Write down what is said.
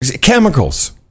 chemicals